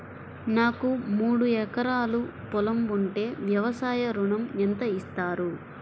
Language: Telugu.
నాకు మూడు ఎకరాలు పొలం ఉంటే వ్యవసాయ ఋణం ఎంత ఇస్తారు?